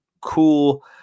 cool